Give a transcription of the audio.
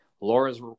Laura's